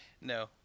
No